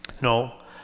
No